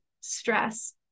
stress